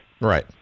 Right